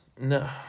No